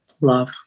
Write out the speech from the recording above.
Love